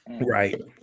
Right